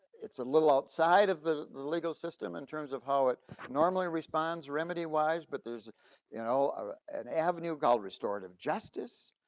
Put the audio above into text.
it's a little outside of the legal system in terms of how it normally responds remedy wise but there's you know ah an avenue god restorative justice,